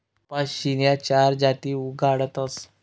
कपाशीन्या चार जाती उगाडतस